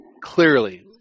clearly